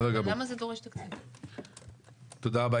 תודה רבה.